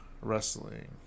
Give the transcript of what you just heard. wrestling